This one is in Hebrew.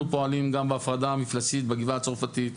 פועלים גם בהפרדה המפלסית בגבעה הצרפתית.